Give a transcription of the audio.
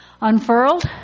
unfurled